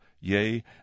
yea